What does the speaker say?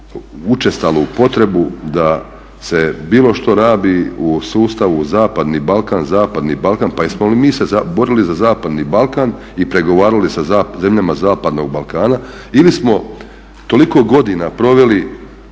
učestalu potrebu da se bilo što rabi u sustavu zapadni Balkan? Pa jesmo li mi se borili za zapadni Balkan i pregovarali sa zemljama zapadnog Balkana ili smo toliko godina proveli